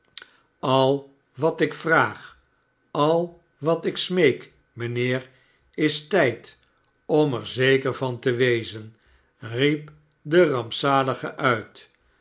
a wat ik vraag al wat ik smeek mijnheer is tijd om er zeker van te wezen riep de rampzalige uit